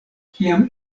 kiam